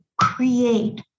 create